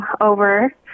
over